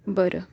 बरं